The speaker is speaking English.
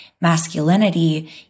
masculinity